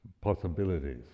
possibilities